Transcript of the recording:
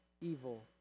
evil